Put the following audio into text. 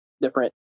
different